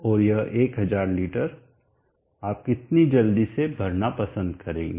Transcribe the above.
और यह 1000 लीटर आप कितनी जल्दी इसे भरना पसंद करेंगे